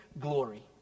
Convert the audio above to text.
glory